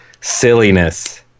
silliness